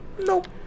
Nope